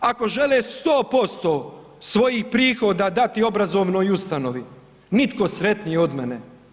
Ako žele 100% svojih prihoda dati obrazovnoj ustanovi, nitko sretniji od mene.